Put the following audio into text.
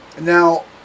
Now